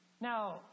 Now